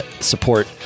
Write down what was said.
support